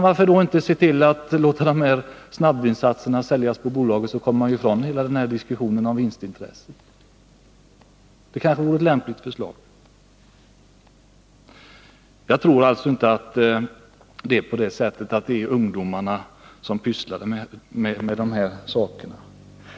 Varför då inte låta de här snabbvinsatserna försäljas på Systembolaget? Då kommer man ifrån hela den här diskussionen om vinstintresset. Det kanske vore ett lämpligt förslag. Jag tror alltså inte att det är ungdomarna som pysslar med de här sakerna.